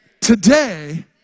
today